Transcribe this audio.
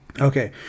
Okay